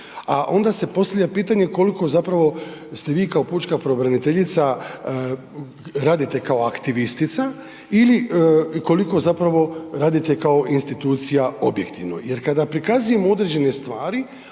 a onda se postavlja pitanje koliko ste vi kao pučka pravobraniteljica radite kao aktivistica ili koliko radite kao institucija objektivno jer kada prikazujemo određene stvari